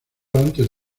antes